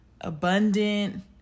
abundant